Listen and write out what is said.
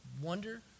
wonder